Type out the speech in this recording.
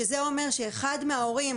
שזה אומר שאחד מההורים